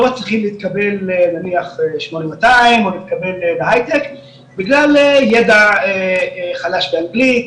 מצליחים להתקבל לנניח ל-8200 או להתקבל להייטק בגלל ידע חלש באנגלית,